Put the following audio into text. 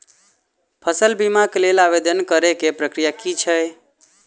फसल बीमा केँ लेल आवेदन करै केँ प्रक्रिया की छै?